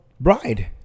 Bride